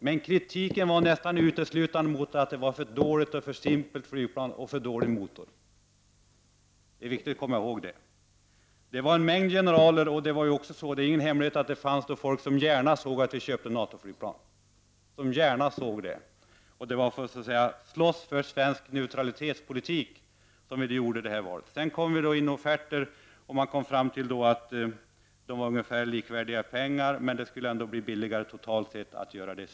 Men kritiken riktades nästan enbart mot det för hållandet att flygplanet man valde var för dåligt och för simpelt och att motorn var för dålig. Det är viktigt att komma ihåg detta. Det är heller ingen hemlighet att det fanns de som gärna såg att vi köpte NATO-flygplan. Det var för att vi ville slåss för svensk neutralitetspolitik som vi valde JAS. Sedan fick vi in offerter, och då framkom det att de olika alternativen handlade om ungefär lika mycket pengar, men totalt sett skulle det bli billigare med ett svenskt projekt.